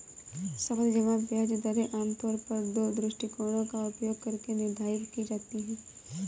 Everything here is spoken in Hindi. सावधि जमा ब्याज दरें आमतौर पर दो दृष्टिकोणों का उपयोग करके निर्धारित की जाती है